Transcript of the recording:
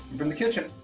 from the kitchen,